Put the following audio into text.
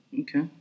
Okay